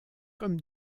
comme